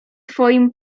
twoim